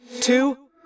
two